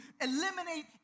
eliminate